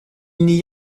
n’y